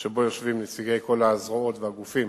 שבו יושבים נציגי כל הזרועות והגופים